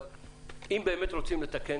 אבל אם באמת רוצים לתקן